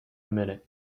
minute